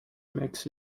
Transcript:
makes